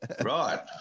Right